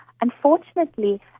Unfortunately